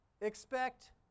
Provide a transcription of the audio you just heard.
Expect